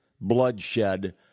bloodshed